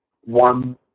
one